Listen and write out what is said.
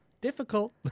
Difficult